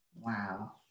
wow